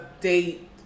date